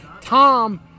Tom